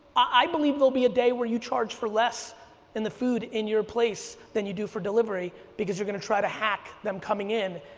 i believe will be a day where you charge for less than the food in your place than you do for delivery, because you're going to try to hack them coming in.